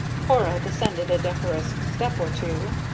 cora descended a decorous step or two.